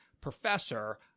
professor